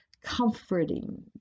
comforting